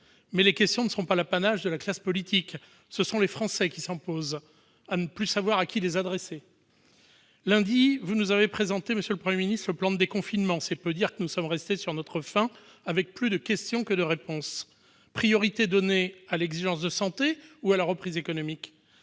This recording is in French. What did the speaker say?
Mais les questions ne sont pas l'apanage de la classe politique : ce sont les Français qui s'en posent, ne sachant plus à qui les adresser. Lundi, monsieur le Premier ministre, vous nous avez présenté le plan de déconfinement, et c'est peu dire que nous sommes restés sur notre faim, avec plus de questions que de réponses : priorité donnée à l'exigence de santé ou à la reprise économique ?